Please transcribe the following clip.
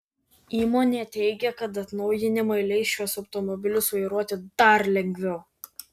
įmonė teigia kad atnaujinimai leis šiuos automobilius vairuoti dar lengviau